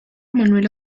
manuel